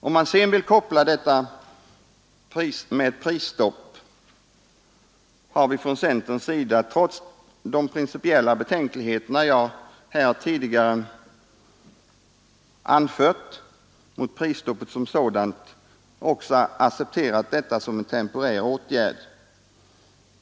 Om man sedan vill koppla detta med ett prisstopp har vi, trots de principiella betänkligheter jag tidigare anfört mot prisstoppet som sådant, också accepterat detta som en temporär åtgärd.